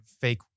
fake